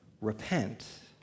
repent